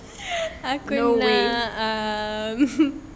aku nak um